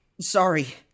Sorry